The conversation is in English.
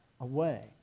away